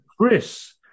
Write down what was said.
chris